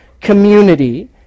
community